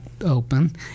open